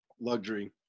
luxury